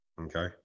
Okay